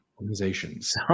Organizations